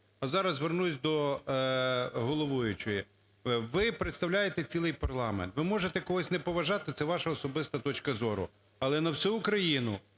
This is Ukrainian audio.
зараз звернуся до головуючої. Ви представляєте цілий парламент. Ви можете когось не поважати, це ваша особиста точка зору, але на всю Україну